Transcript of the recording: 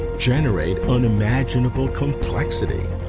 generate unimaginable complexity?